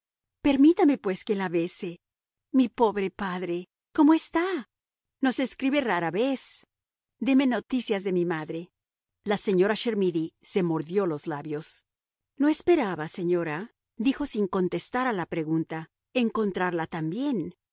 permítame pues que la bese mi pobre padre cómo está nos escribe rara vez deme noticias de mi madre la señora chermidy se mordió los labios no esperaba señora dijo sin contestar a la pregunta encontrarla